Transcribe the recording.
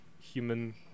human